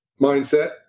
mindset